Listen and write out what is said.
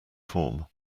form